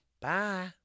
Bye